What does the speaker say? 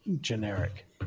generic